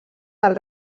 del